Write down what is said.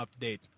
update